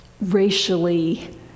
racially